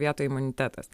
vietoj imunitetas